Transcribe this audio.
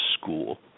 School